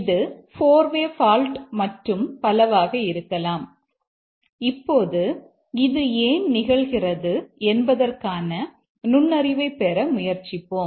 இப்போது இது ஏன் நிகழ்கிறது என்பதற்கான நுண்ணறிவைப் பெற முயற்சிப்போம்